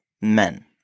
Men